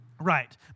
Right